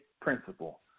principle